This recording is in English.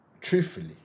truthfully